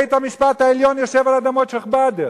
בית-המשפט העליון יושב על אדמות שיח'-באדר.